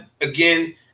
again